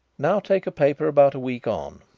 now take a paper about a week on.